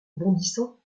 bondissant